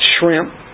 shrimp